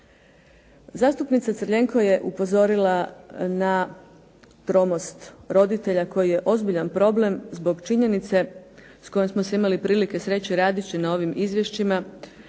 Zastupnica Crljenko je upozorila na tromost roditelja koji je ozbiljan problem zbog činjenice s kojom smo se imale prilike sresti radeći na ovim izvješćima